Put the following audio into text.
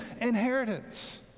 inheritance